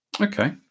Okay